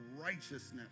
righteousness